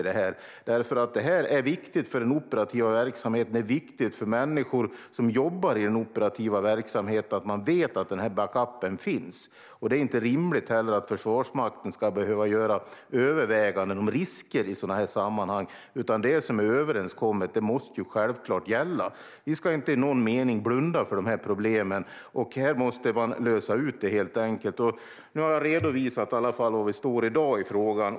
Det är viktigt för de människor som jobbar i den operativa verksamheten att veta att backupen finns. Det är inte heller rimligt att Försvarsmakten ska behöva göra överväganden om risker i sådana sammanhang. Det som är överenskommet måste självklart gälla. Vi ska inte i någon mening blunda för problemen. De måste lösas helt enkelt. Nu har jag redovisat var vi står i dag i frågan.